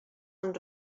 amb